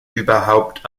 überhaupt